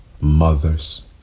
Mothers